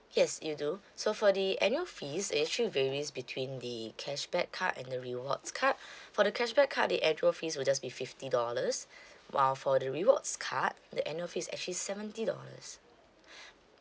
yes you do so for the annual fees it actually varies between the cashback card and the rewards card for the cashback card the annual fee will just be fifty dollars while for the rewards card the annual fee is actually seventy dollars